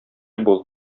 бул